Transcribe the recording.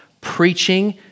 preaching